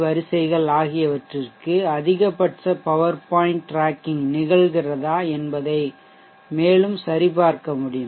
வரிசைகள் ஆகியவற்றிற்கு அதிகபட்ச பவர் பாயிண்ட் டிராக்கிங் நிகழ்கிறதா என்பதை மேலும் சரிபார்க்க முடியும்